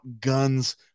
guns